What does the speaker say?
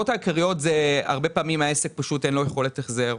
הרבה עסקים נדחים